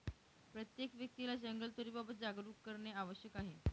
प्रत्येक व्यक्तीला जंगलतोडीबाबत जागरूक करणे आवश्यक आहे